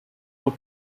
put